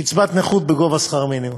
קצבת נכות בגובה שכר מינימום.